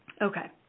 Okay